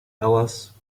alice